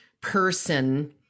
person